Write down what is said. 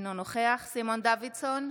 אינו נוכח סימון דוידסון,